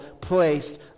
placed